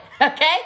Okay